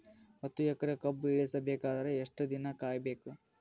ಹತ್ತು ಎಕರೆ ಕಬ್ಬ ಇಳಿಸ ಬೇಕಾದರ ಎಷ್ಟು ದಿನ ಕಾಯಿ ಬೇಕು?